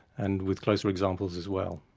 and with closer examples as well.